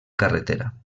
carretera